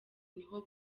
niho